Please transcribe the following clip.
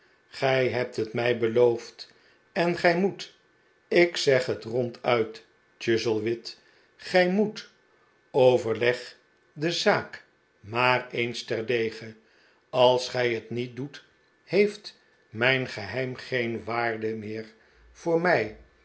gij hebt het mij beloofd en gij moet ik zeg het ronduit chuzzlewit gij m o e t overleg de zaak maar eens terdege als gij het niet doet heeft mijn geheim geen waarde meer voor mij